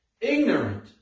ignorant